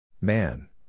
Man